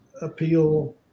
appeal